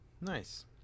Nice